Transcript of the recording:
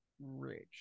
rich